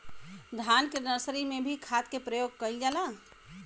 धान के नर्सरी में भी खाद के प्रयोग कइल जाला?